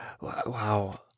Wow